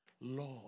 Lord